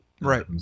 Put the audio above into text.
right